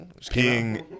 Peeing